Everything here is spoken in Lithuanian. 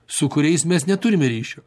su kuriais mes neturime ryšio